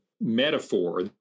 metaphor